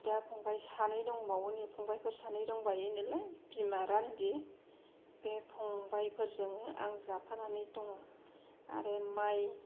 बिदा फंबाय सानै दंबावो फंबायफोर सानै दंबावो नालाय बिमा रान्दि बे फंबायफोरजोंनो आं जाफानानै दङ आरो माइ